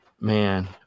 Man